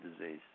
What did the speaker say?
disease